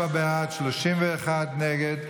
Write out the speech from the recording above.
44 בעד, 31 נגד.